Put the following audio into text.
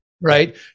right